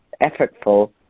effortful